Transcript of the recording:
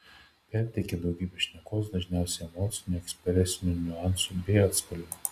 perteikia daugybę šnekos dažniausiai emocinių ekspresinių niuansų bei atspalvių